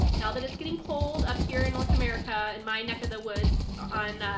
now that it's getting cold up here in north america in my neck of the woods on